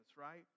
right